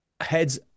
heads